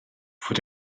fod